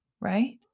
Right